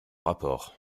rapport